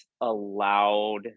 allowed